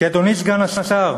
כי, אדוני סגן השר,